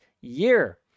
year